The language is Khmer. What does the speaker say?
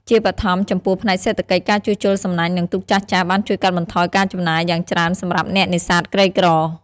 ជាបឋម ចំពោះ ផ្នែកសេដ្ឋកិច្ច ការជួសជុលសំណាញ់និងទូកចាស់ៗបានជួយកាត់បន្ថយការចំណាយយ៉ាងច្រើនសម្រាប់អ្នកនេសាទក្រីក្រ។